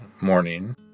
morning